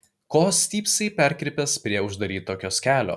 ko stypsai perkrypęs prie uždaryto kioskelio